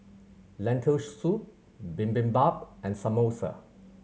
Lentil Soup Bibimbap and Samosa